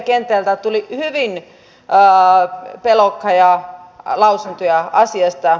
viljelijäkentältä tuli hyvin pelokkaita lausuntoja asiasta